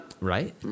Right